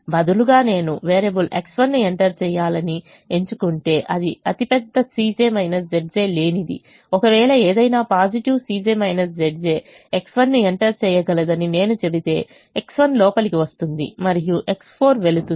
బదులుగా నేను variable X1 ను ఎంటర్ చేయాలని ఎంచుకుంటే అది అతిపెద్ద లేనిది ఒకవేళ ఏదైనా పాజిటివ్ X1 ను ఎంటర్ చేయగలదని నేను చెబితే X1 లోపలికి వస్తుంది మరియు X4 వెళ్తుంది